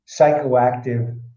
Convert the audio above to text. psychoactive